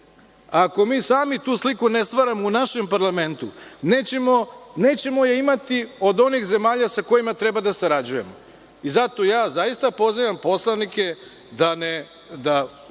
Ako mi sami tu sliku ne stvaramo u našem parlamentu, nećemo je imati od onih zemalja sa kojima treba da sarađujemo. Zato, zaista pozivam poslanike da